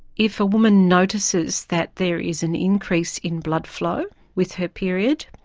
if a woman notices that there is an increase in blood flow with her period,